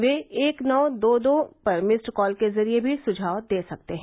वे एक नौ दो दो पर मिस्ड कॉल के जरिए भी सुझाव दे सकते हैं